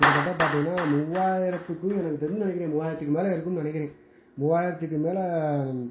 கிட்டத்தட்ட பார்த்தீங்கனா மூவாயிரத்துக்கும் எனக்கு தெரிஞ்சு நினைக்கிறேன் மூவாயிரத்துக்கு மேல் இருக்கும்னு நினைக்கிறேன் மூவாயிரத்துக்கும் மேல்